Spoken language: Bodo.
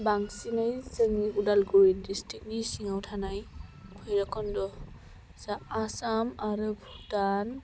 बांसिनै जोंनि उदालगुरि डिसट्रिकनि सिङाव थानाय भैराबकुन्द जा आसाम आरो भुटाननि